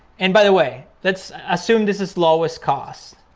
and by the way, lets assume this is lowest cost.